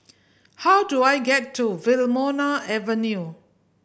how do I get to Wilmonar Avenue